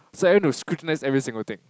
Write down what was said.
so I went to scrutinise every single thing